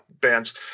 bands